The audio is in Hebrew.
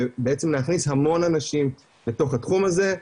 ובעצם להכניס המון אנשים לתוך התחום הזה.